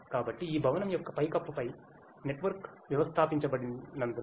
కాబట్టి ఈ భవనం యొక్క పైకప్పుపై నెట్వర్క్ వ్యవస్థాపించబడినందున